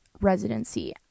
residency